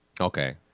okay